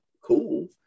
cool